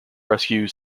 rescue